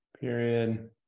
period